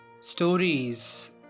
stories